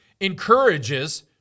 encourages